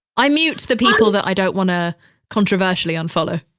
i mute the people that i don't want to controversially unfollow?